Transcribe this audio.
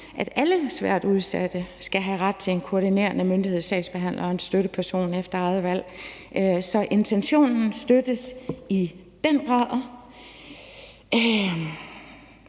at alle svært udsatte skal have ret til en koordinerende myndighedssagsbehandler og en støtteperson efter eget valg. Så intentionen støttes i den grad.